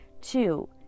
two